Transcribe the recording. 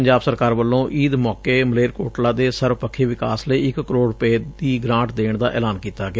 ਪੰਜਾਬ ਸਰਕਾਰ ਵੱਲੋਂ ਈਦ ਮੌਕੇ ਮਲੇਰਕੋਟਲਾ ਦੇ ਸਰਬਪੱਖੀ ਵਿਕਾਸ ਲਈ ਇਕ ਕਰੋੜ ਰੁਪੈ ਦੀ ਗਰਾਂਟ ਦੇਣ ਦਾ ਐਲਾਨ ਕੀਤਾ ਗਿਆ